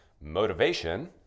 Motivation